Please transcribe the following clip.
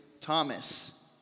Thomas